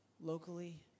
locally